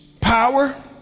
power